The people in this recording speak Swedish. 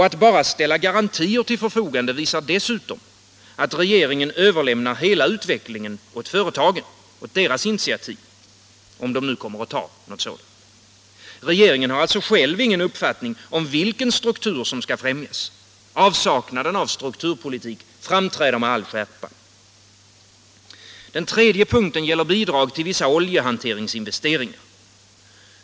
Att bara ställa garantier till förfogande visar dessutom att regeringen överlämnar hela utvecklingen åt företagen — om de nu kommer att ta något initiativ. Regeringen har själv ingen uppfattning om vilken struktur som skall främjas. Avsaknaden av strukturpolitik framträder med all skärpa. Den tredje punkten gäller bidrag till vissa oljehanteringsinvesteringar.